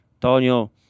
Tonio